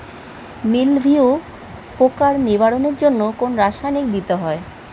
মিলভিউ পোকার নিবারণের জন্য কোন রাসায়নিক দিতে হয়?